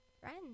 friends